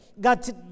Got